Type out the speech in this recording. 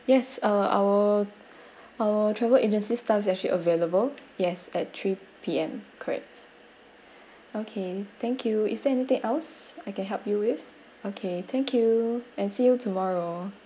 yes uh our our travel agency staff there she available yes at three P_M correct okay thank you is there anything else I can help you with okay thank you and see you tomorrow